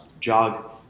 jog